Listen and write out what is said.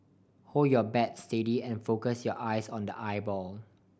hold your bat steady and focus your eyes on the I ball